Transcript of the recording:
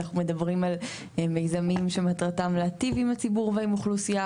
אנחנו מדברים על מיזמים שמטרתם להיטיב עם הציבור ועם האוכלוסייה.